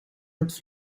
het